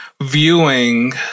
viewing